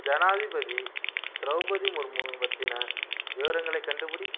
ஜனாதிபதி த்ரௌபதி முர்மு பத்திய விவரங்களைக் கண்டுபிடி